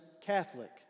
Catholic